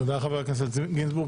תודה לחבר הכנסת גינזבורג.